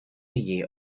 year